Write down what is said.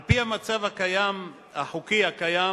על-פי המצב החוקי הקיים,